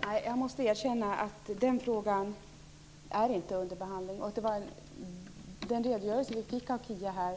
Herr talman! Jag måste erkänna att den frågan inte är under behandling. Den redogörelse som Kia Andreasson gav